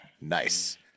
Nice